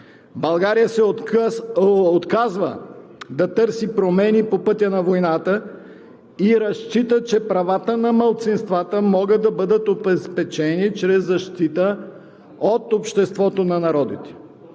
България се отказва да търси промени по пътя на войната и разчита, че правата на малцинствата могат да бъдат обезпечени чрез защита от Обществото на народите.